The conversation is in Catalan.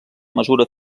mesura